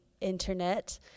internet